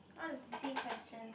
I want to see questions